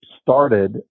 started